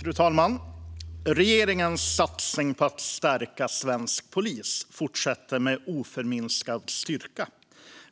Fru talman! Regeringens satsning på att stärka svensk polis fortsätter med oförminskad styrka.